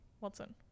Watson